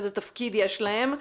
איזה תפקיד יש להן.